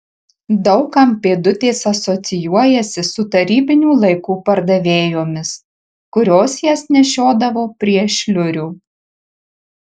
daug kam pėdutės asocijuojasi su tarybinių laikų pardavėjomis kurios jas nešiodavo prie šliurių